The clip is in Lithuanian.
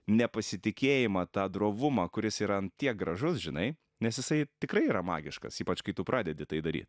nepasitikėjimą tą drovumą kuris yra ant tiek gražus žinai nes jisai tikrai yra magiškas ypač kai tu pradedi tai daryt